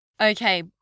Okay